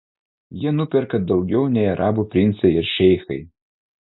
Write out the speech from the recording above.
jie nuperka daugiau nei arabų princai ir šeichai